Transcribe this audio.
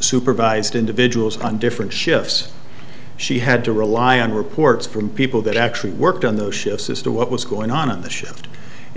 supervised individuals on different shifts she had to rely on reports from people that actually worked on those ships as to what was going on on the ship